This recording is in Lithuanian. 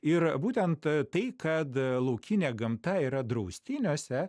ir būtent tai kad laukinė gamta yra draustiniuose